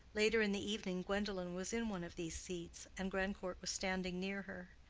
later in the evening gwendolen was in one of these seats, and grandcourt was standing near her.